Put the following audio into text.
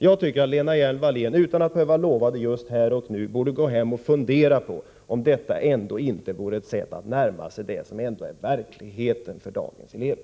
Jag tycker att Lena Hjelm-Wallén, utan att behöva lova det just här och nu, borde gå hem och fundera på om detta ändå inte vore ett sätt att närma sig det som är verkligheten för dagens elever.